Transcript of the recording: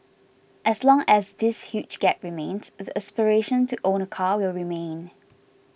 as long as this huge gap remains the aspiration to own a car will remain